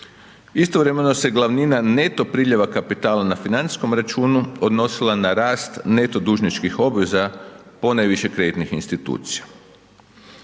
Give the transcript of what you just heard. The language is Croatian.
Istovremeno se glavnina neto priljeva kapitala na financijskom računu odnosila na rast neto dužničkih obveza, ponajviše kreditnih institucija.